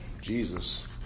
Jesus